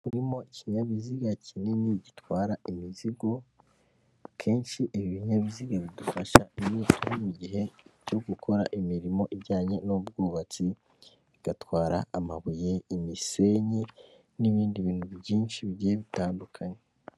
Harimo ikinyabiziga kinini gitwara imizigo kenshi ibi bininyabiziga bidufasha iyo turi mu gihe cyo gukora imirimo ijyanye n'ubwubatsi igatwara amabuye imisenyi n'ibindi bintu byinshi bigiye bitandukanye.